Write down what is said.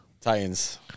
Titans